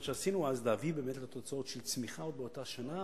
שעשינו אז להביא באמת לתוצאות של צמיחה באותה שנה